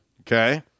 Okay